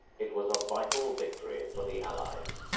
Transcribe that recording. it was a vital victory for the allies.